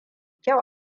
kyau